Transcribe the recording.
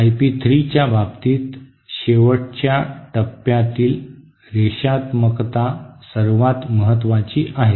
I P 3 च्या बाबतीत शेवटच्या टप्प्यातील रेषात्मकता सर्वात महत्वाची आहे